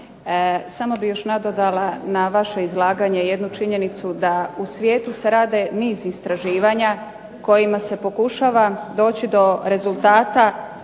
samo bih još nadodala na vaše izlaganje jednu činjenicu da u svijetu se rade niz istraživanja kojima se pokušava doći do rezultata